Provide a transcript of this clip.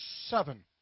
seven